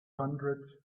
hundred